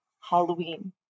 Halloween